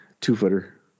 two-footer